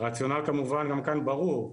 הרציונל כמובן גם כאן הוא ברור,